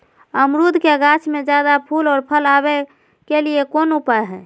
अमरूद के गाछ में ज्यादा फुल और फल आबे के लिए कौन उपाय है?